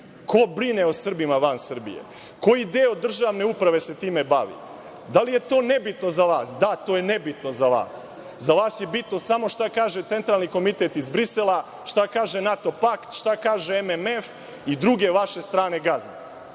Ko brine o Srbima van Srbije? Koji deo državne uprave se time bavi? Da li je to nebitno za vas? Da, to je nebitno za vas. Za vas je bitno samo šta kaže Centralni komitet iz Brisela, šta kaže NATO pakt, šta kaže MMF i druge vaše strane gazde.